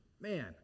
man